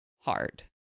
hard